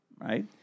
right